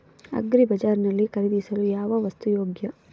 Agri Bazaar ನಲ್ಲಿ ಖರೀದಿಸಲು ಯಾವ ವಸ್ತು ಯೋಗ್ಯ?